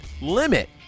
limit